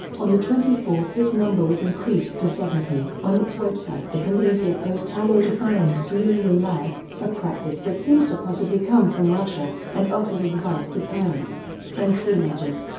on the twenty fourth this number was increased to seventy. on its website the polizia postale defines blue whale as a practice that seems to possibly come from russia and offers advice to parents and teenagers.